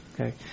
Okay